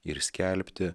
ir skelbti